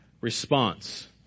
response